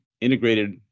integrated